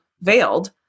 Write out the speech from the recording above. veiled